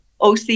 oc